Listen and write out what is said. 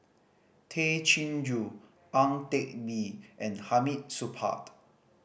Tay Chin Joo Ang Teck Bee and Hamid Supaat